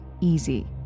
easy